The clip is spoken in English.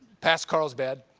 past carlsbad